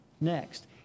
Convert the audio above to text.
Next